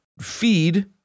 feed